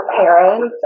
parents